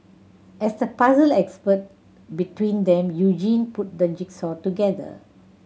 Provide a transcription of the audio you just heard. as the puzzle expert between them Eugene put the jigsaw together